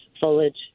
foliage